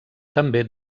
també